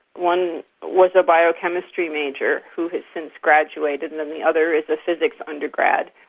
one was a biochemistry major who has since graduated and um the other is a physics undergrad.